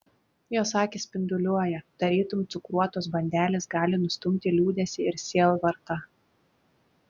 jos akys spinduliuoja tarytum cukruotos bandelės gali nustumti liūdesį ir sielvartą